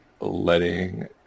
letting